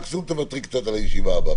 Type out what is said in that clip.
מקסימום תוותרי קצת על הישיבה הבאה,